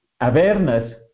awareness